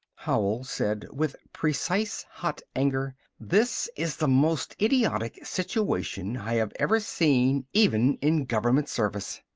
howell said with precise hot anger this is the most idiotic situation i have ever seen even in government service!